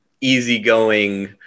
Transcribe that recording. easygoing